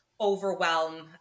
overwhelm